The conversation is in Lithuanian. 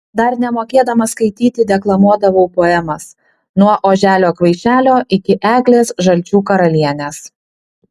dar nemokėdama skaityti deklamuodavau poemas nuo oželio kvaišelio iki eglės žalčių karalienės